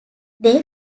they